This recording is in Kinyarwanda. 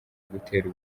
gutera